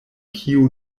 kiu